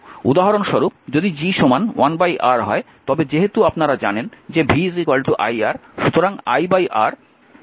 উদাহরণস্বরূপ যদি G 1 R হয় তবে যেহেতু আপনারা জানেন যে v iR সুতরাং 1R iv